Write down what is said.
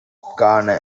காண